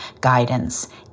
guidance